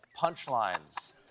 punchlines